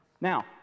Now